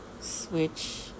switch